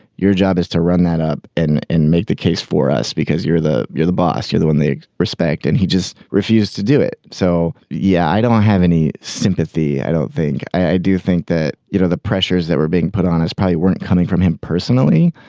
your job is to run that up and and make the case for us because you're the you're the boss you're the one they respect and he just refused to do it. so yeah i don't have any sympathy. i don't think i do think that you know the pressures that were being put on his pay weren't coming from him personally.